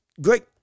Great